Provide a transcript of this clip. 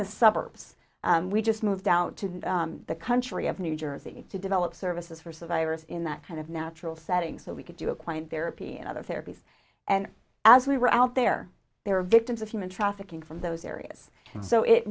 the suburbs we just moved out to the country of new jersey to develop services for survivors in that kind of natural setting so we could do a point therapy and other therapies and as we were out there they were victims of human trafficking from those areas so it